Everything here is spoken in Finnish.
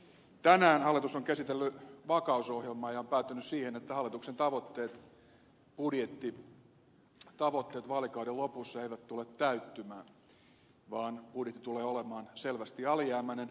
tänään hallitus on käsitellyt vakausohjelmaa ja on päätynyt siihen että hallituksen tavoitteet budjettitavoitteet vaalikauden lopussa eivät tule täyttymään vaan budjetti tulee olemaan selvästi alijäämäinen